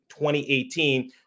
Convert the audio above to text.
2018